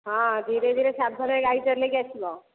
ହଁ ଧୀରେ ଧୀରେ ସାବଧାନରେ ଗାଡ଼ି ଚଲେଇକି ଆସିବ